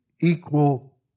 equal